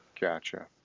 Gotcha